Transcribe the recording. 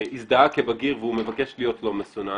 הזדהה כבגיר והוא מבקש להיות לא מסונן,